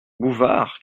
bouvard